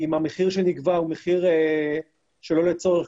אם המחיר שנגבה הוא מחיר שלא לצורך,